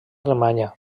alemanya